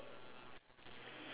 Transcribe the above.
wait ask you the girl's hand is it